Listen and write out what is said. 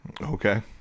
Okay